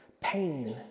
pain